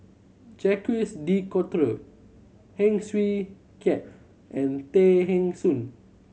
Jacques De Coutre Heng Swee Keat and Tay Eng Soon